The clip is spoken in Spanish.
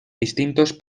distintos